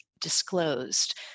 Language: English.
disclosed